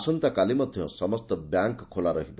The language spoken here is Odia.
ଆସନ୍ତାକାଲି ମଧ୍ଧ ସମସ୍ତ ବ୍ୟାଙ୍କ ଖୋଲା ରହିବ